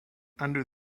under